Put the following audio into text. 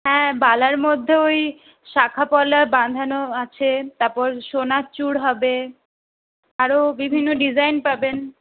হ্যাঁ বালার মধ্যে ওই শাঁখাপলা বাঁধানো আছে তারপর সোনার চূড় হবে আরও বিভিন্ন ডিজাইন পাবেন